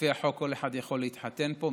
לפי החוק, כל אחד יכול להתחתן פה.